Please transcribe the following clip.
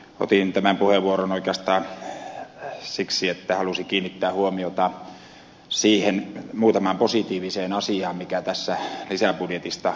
otin tämän puheenvuoron oikeastaan siksi että halusin kiinnittää huomiota muutamaan positiiviseen asiaan mitä tästä lisäbudjetista ilmenee